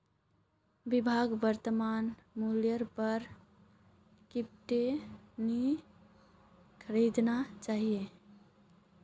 विभाक वर्तमान मूल्येर पर क्रिप्टो नी खरीदना चाहिए